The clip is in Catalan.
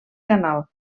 canal